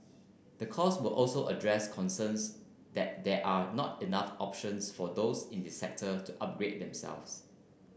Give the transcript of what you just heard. the course will also address concerns that there are not enough options for those in the sector to upgrade themselves